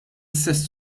istess